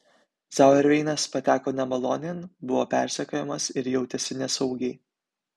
zauerveinas pateko nemalonėn buvo persekiojamas ir jautėsi nesaugiai